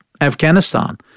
Afghanistan